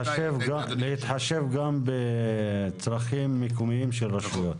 בהתחשב גם בצרכים מקומיים של רשויות.